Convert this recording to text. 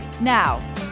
Now